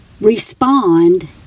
respond